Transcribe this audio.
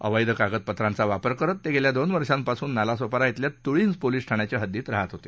अवैध कागदपत्रांचा वापर करत ते गेल्या दोन वर्षांपासून नालासोपारा धिल्या तुळींज पोलीस ठाण्याच्या हद्दीत राहत होते